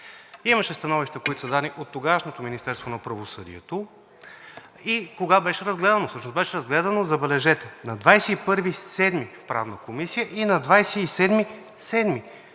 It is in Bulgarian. Имаше становища, които са дадени от тогавашното Министерство на правосъдието. Кога беше разгледан всъщност? Беше разгледан – забележете, на 21 юли в Правната комисия и на 27